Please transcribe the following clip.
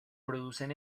producen